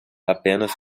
apenas